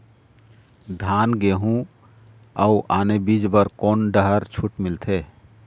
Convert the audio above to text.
धान गेहूं अऊ आने बीज बर कोन डहर छूट मिलथे?